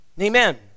Amen